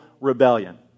rebellion